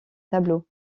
tableau